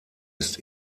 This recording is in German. ist